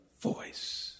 voice